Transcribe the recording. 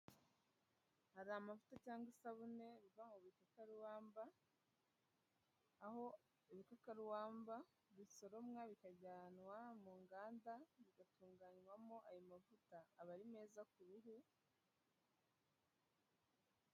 Hari amavuta cyangwa isabune biva mu bikakarubamba, aho ibikakarubamba bisoromwa, bikajyanwa mu nganda, bigatunganywamo ayo mavuta aba ari meza ku ruhu.